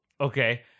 Okay